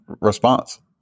response